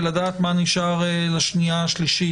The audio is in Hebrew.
ולדעת מה נשאר לנו לשנייה-שלישית.